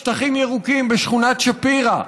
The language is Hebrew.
שטחים ירוקים, בשכונת שפירא.